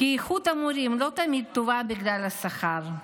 איכות המורים לא תמיד טובה בגלל השכר.